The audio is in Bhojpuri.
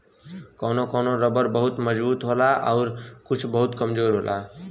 कौनो कौनो रबर बहुत मजबूत होला आउर कुछ बहुत कमजोर होला